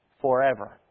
forever